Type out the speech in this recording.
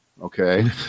Okay